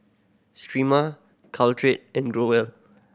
Sterimar Caltrate and Growell